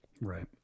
Right